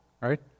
right